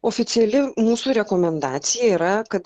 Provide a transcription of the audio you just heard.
oficiali mūsų rekomendacija yra kad